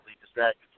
distracted